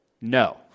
no